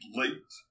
late